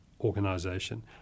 organization